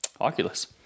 Oculus